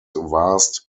vast